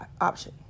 option